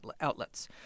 outlets